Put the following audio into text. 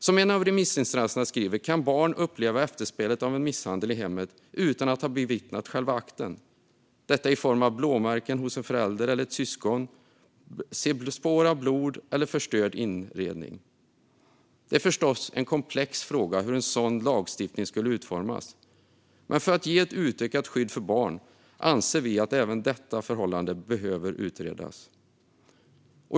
Som en av remissinstanserna skriver kan barn uppleva efterspelet av en misshandel i hemmet utan att ha bevittnat själva akten, detta i form av blåmärken hos en förälder eller ett syskon, spår av blod eller förstörd inredning. Det är förstås en komplex fråga hur en sådan lagstiftning skulle utformas, men för att ge ett utökat skydd för barn anser vi att även detta förhållande behöver utredas.